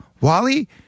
Wally